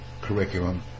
curriculum